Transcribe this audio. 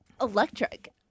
electric